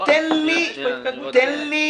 תן לי